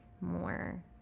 more